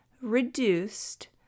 reduced